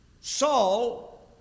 Saul